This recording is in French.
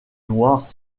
noirs